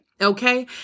Okay